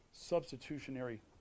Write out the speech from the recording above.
substitutionary